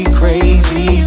crazy